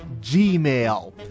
Gmail